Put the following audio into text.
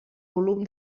volum